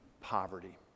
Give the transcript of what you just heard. poverty